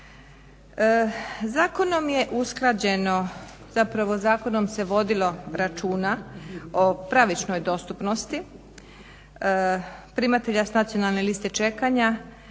Zakonom je usklađeno zapravo zakonom se vodilo računa o pravičnoj dostupnosti primatelja s nacionalne liste čekanja